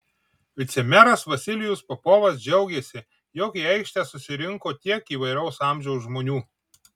vicemeras vasilijus popovas džiaugėsi jog į aikštę susirinko tiek įvairaus amžiaus žmonių